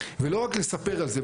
ולא רק לספר על זה.